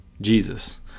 Jesus